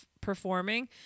performing